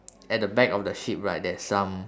at the back of the sheep right there's some